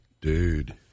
Dude